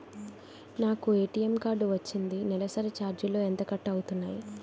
నాకు ATM card వచ్చింది నెలసరి ఛార్జీలు ఎంత కట్ అవ్తున్నాయి?